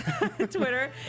Twitter